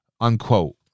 Unquote